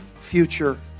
future